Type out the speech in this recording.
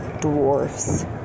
dwarfs